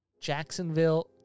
Jacksonville